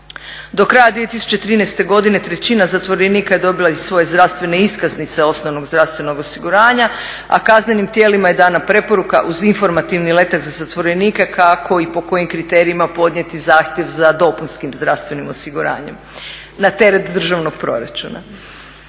Do kraja 2013. godine trećina zatvorenika je dobila i svoje zdravstvene iskaznice osnovnog zdravstvenog osiguranja a kaznenim tijelima je dana preporuka uz informativni letak za zatvorenike kako i po kojim kriterijima podnijeti zahtjev za dopunskim zdravstvenim osiguranjem na teret državnog proračuna.